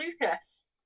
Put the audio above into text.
Lucas